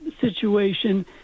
situation